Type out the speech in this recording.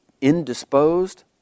indisposed